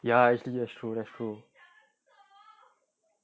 ya actually that's true that's true